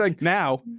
now